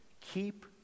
keep